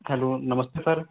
hello नमस्ते sir